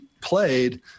played